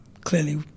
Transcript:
clearly